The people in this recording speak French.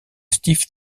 steve